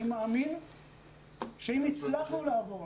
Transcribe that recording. אני מאמין שהצלחנו לעבור